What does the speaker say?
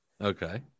Okay